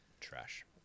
Trash